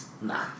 Nah